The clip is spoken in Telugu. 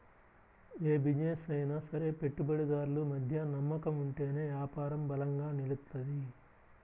యే బిజినెస్ అయినా సరే పెట్టుబడిదారులు మధ్య నమ్మకం ఉంటేనే యాపారం బలంగా నిలుత్తది